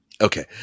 okay